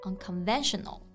Unconventional